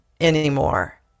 anymore